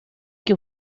que